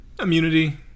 Immunity